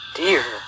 dear